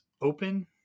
open